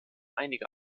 einige